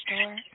store